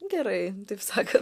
gerai taip sakan